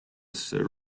sir